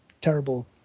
terrible